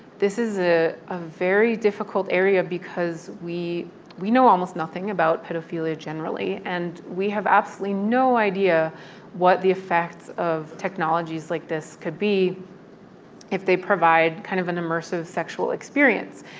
this is a ah very difficult area because we we know almost nothing about pedophilia generally. and we have absolutely no idea what the effects of technologies like this could be if they provide kind of an immersive sexual experience.